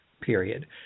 period